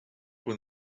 when